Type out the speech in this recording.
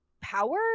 power